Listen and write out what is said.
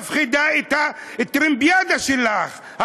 מפחידה את הטראמפיאדה שלך,